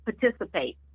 participate